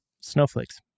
snowflakes